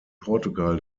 portugal